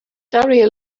daria